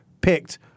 picked